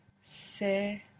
Se